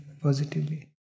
positively